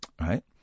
Right